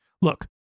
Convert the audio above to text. Look